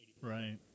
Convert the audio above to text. Right